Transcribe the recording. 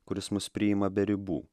kuris mus priima be ribų